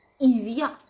easier